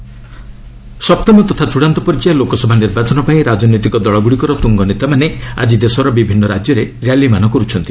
campaigning ସପ୍ତମ ତଥା ଚୂଡ଼ାନ୍ତ ପର୍ଯ୍ୟାୟ ଲୋକସଭା ନିର୍ବାଚନ ପାଇଁ ରାଜନୈତିକ ଦଳଗୁଡ଼ିକର ତୁଙ୍ଗନେତାମାନେ ଆଙ୍କି ଦେଶର ବିଭିନ୍ନ ରାଜ୍ୟରେ ର୍ୟାଲିମାନ କରୁଛନ୍ତି